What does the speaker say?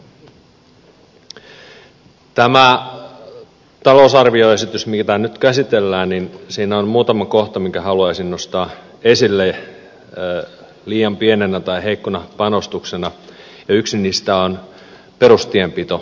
tässä talousarvioesityksessä mitä nyt käsitellään on muutama kohta minkä haluaisin nostaa esille liian pienenä tai heikkona panostuksena ja yksi niistä on perustienpito